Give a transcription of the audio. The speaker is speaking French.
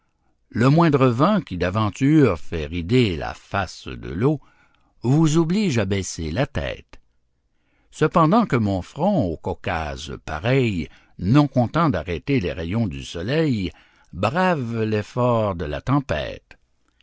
le moindre vent qui d'aventure fait rider la face de l'eau vous oblige à baisser la tête cependant que mon front au caucase pareil non content d'arrêter les rayons du soleil brave l'effort de la tempête